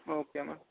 okay ma'am